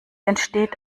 entsteht